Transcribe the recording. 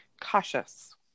cautious